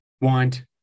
want